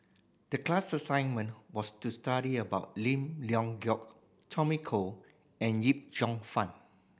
the class assignment was to study about Lim Leong Geok Tommy Koh and Yip Cheong Fun